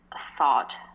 thought